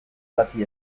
bati